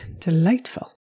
delightful